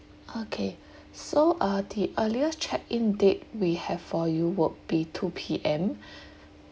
okay so uh the earliest check in date we have for you would be two P_M